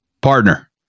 Partner